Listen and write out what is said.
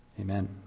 Amen